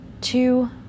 Two